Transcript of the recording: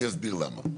אני אסביר למה.